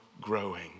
growing